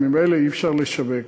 וממילא אי-אפשר לשווק,